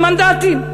19 מנדטים.